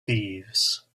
thieves